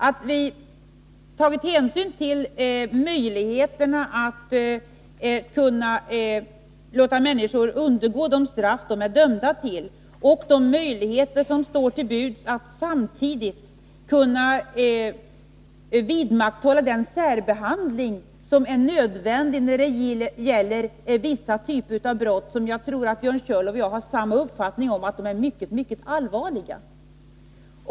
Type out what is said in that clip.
Vi har tagit hänsyn till möjligheterna att låta människor undergå de straff som de är dömda till och att samtidigt vidmakthålla den särbehandling som är nödvändig när det gäller vissa typer av brott. Jag tror att Björn Körlof delar min uppfattning att dessa brott är mycket allvarliga.